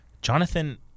Jonathan